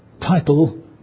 title